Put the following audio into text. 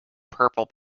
purple